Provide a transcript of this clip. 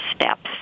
steps